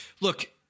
look